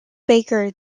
baker